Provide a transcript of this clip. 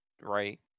right